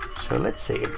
so let's see.